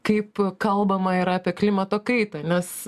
kaip kalbama yra apie klimato kaitą nes